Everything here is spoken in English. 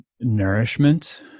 nourishment